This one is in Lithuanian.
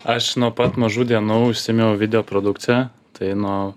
aš nuo pat mažų dienų užsiėmiau videoprodukcija tai nuo